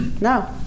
No